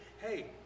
hey